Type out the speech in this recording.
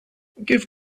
give